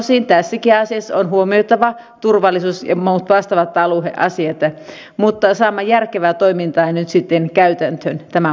tosin tässäkin asiassa on huomioitava turvallisuus ja muut vastaavat alueen asiat mutta saamme järkevää toimintaa nyt sitten käytäntöön tämän mukaisesti